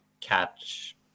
catch